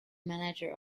manager